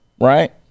right